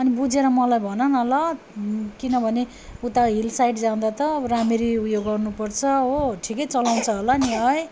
अनि बुझेर मलाई भन न ल किनभने उता हिल साइड जाँदा त अब राम्ररी उयो गर्नुपर्छ हो ठिकै चलाउँछ होला नि है